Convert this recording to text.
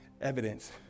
evidence